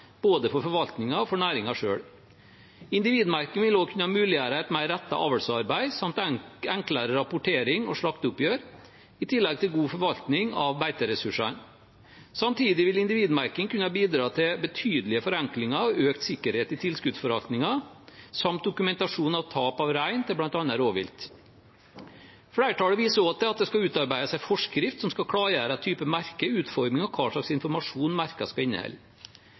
både for forvaltningen og for næringen selv. Individmerking vil også kunne muliggjøre et mer rettet avlsarbeid samt enklere rapportering og slakteoppgjør, i tillegg til god forvaltning av beiteressursene. Samtidig vil individmerking kunne bidra til betydelige forenklinger og økt sikkerhet i tilskuddsforvaltningen samt dokumentasjon av tap av rein til bl.a. rovvilt. Flertallet viser også til at det skal utarbeides en forskrift som skal klargjøre type merke, utforming og hva slags informasjon merkene skal inneholde.